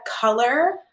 color